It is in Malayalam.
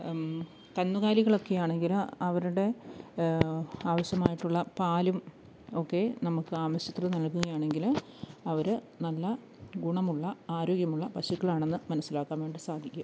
കന്നുകാലികളൊക്കെ ആണെങ്കിൽ അവരുടെ ആവശ്യമായിട്ടുള്ള പാലും ഒക്കെ നമുക്ക് ആവശ്യത്തിന് നൽകുകയാണെങ്കിൽ അവർ നല്ല ഗുണമുള്ള ആരോഗ്യമുള്ള പശുക്കളാണെന്ന് മനസ്സിലാക്കാൻ വേണ്ടി സാധിക്കും